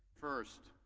first,